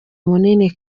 munini